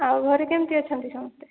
ଆଉ ଘରେ କେମିତି ଅଛନ୍ତି ସମସ୍ତେ